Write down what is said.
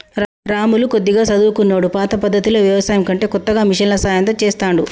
రాములు కొద్దిగా చదువుకున్నోడు పాత పద్దతిలో వ్యవసాయం కంటే కొత్తగా మిషన్ల సాయం తో చెస్తాండు